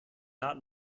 not